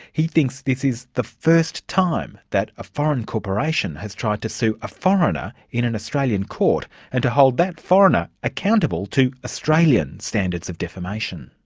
he thinks this is the first time that a foreign corporation has tried to sue a foreigner in an australian court and to hold that foreigner accountable to australian standards of defamation.